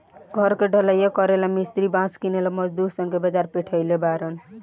घर के ढलइया करेला ला मिस्त्री बास किनेला मजदूर सन के बाजार पेठइले बारन